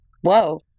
whoa